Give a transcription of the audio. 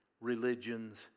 religions